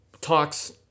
talks